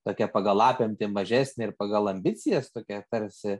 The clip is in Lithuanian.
tokia pagal apimtį mažesnė ir pagal ambicijas tokia tarsi